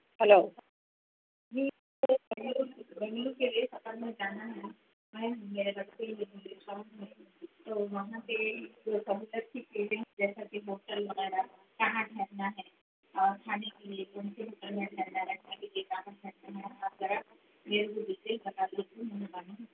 hello جی بنگلور بنگلور کے لیے سفر میں جانا ہے میں میرے لڑکے تو وہاں سے جیسا کہ ہوٹل وغیرہ کہاں ٹھہرنا ہے اور کھانے پینے یہ ڈیٹیل بتا دیجئے